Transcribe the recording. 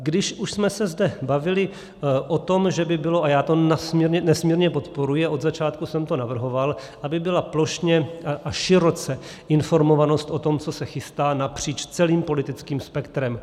Když už jsme se zde bavili o tom, že by bylo, a já to nesmírně podporuji a od začátku jsem to navrhoval, aby byla plošně a široce informovanost o tom, co se chystá, napříč celým politickým spektrem.